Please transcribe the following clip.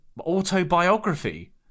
autobiography